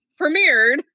premiered